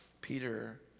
Peter